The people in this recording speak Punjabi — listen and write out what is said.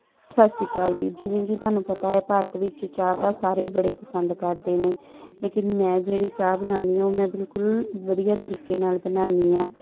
ਸਤਿ ਸ਼੍ਰੀ ਅਕਾਲ ਜੀ ਜਿਵੇਂ ਕਿ ਤੁਹਾਨੂੰ ਪਤਾ ਹੈ ਭਾਰਤ ਵਿੱਚ ਚਾਹ ਤਾਂ ਸਾਰੇ ਹੀ ਬੜੇ ਪਸੰਦ ਕਰਦੇ ਨੇ ਲੇਕਿਨ ਮੈਂ ਜਿਹੜੀ ਚਾਹ ਬਣਾਉਂਦੀ ਹਾਂ ਉਹ ਮੈਂ ਬਿਲਕੁਲ ਵਧੀਆ ਤਰੀਕੇ ਨਾਲ਼ ਬਣਾਉਂਦੀ ਹਾਂ